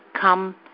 come